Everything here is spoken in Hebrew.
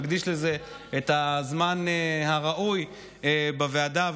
ומקדיש לזה את הזמן הראוי בוועדה.